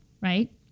right